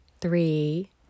three